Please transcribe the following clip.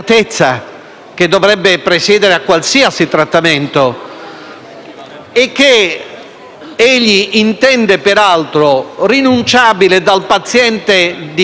e che egli intende peraltro rinunciabile dal paziente, d'intesa con il suo medico (torna l'alleanza terapeutica),